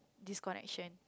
disconnection